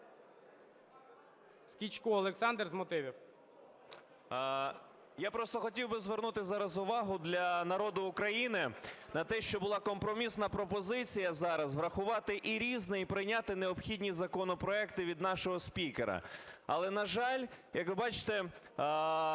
Скічко Олександр з мотивів.